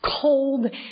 cold